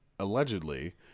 Allegedly